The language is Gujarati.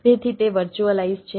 તેથી તે વર્ચ્યુઅલાઈઝ છે